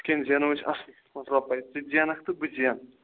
اِتھ کنۍ زینو أسۍ اصل رۄپے ژٕ تہِ زینَکھ تہٕ بہٕ تہِ زینہٕ